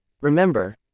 Remember